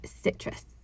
Citrus